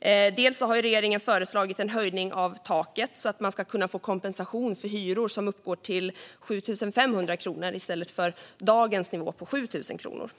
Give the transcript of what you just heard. Regeringen har föreslagit en höjning av taket så att man kan få kompensation för hyror som uppgår till 7 500 kronor i stället för dagens nivå 7 000 kronor.